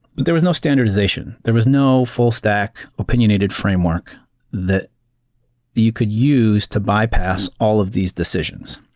there was no standardization. there was no full stack opinionated framework that you could use to bypass all of these decisions.